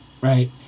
right